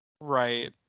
Right